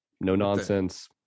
no-nonsense